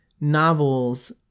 novels